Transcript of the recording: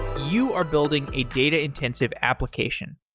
you are building a data-intensive application.